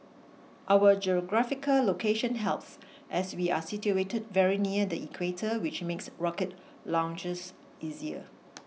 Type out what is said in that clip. our geographical location helps as we are situated very near the Equator which makes rocket launches easier